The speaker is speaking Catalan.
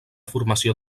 formació